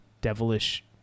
devilish